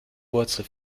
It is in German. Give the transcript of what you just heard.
wurzel